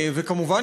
כמובן,